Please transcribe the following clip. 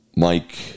Mike